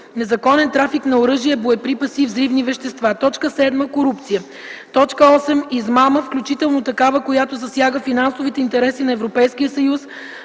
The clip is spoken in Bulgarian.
незаконен трафик на оръжия, боеприпаси и взривни вещества; 7. корупция; 8. измама, включително такава, която засяга финансовите интереси на Европейския съюз